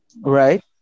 right